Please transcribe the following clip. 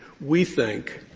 we think